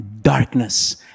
darkness